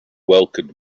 welcomed